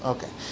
Okay